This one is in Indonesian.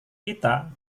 kita